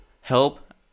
help